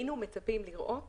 היינו מצפים לראות